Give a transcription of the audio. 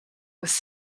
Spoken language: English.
was